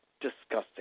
disgusting